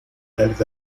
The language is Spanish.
tales